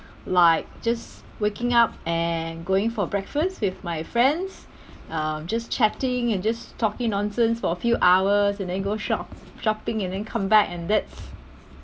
like just waking up and going for breakfast with my friends um just chatting and just talking nonsense for a few hours and then go shop~ shopping and then come back and that's